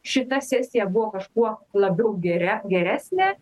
šita sesija buvo kažkuo labiau geria geresnė